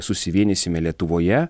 susivienysime lietuvoje